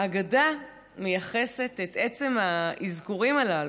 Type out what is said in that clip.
האגדה מייחסת את עצם האזכורים הללו,